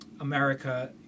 America